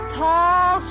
tall